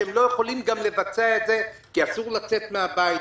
שהם לא יכולים לבצע את זה כי אסור לצאת מן הבית,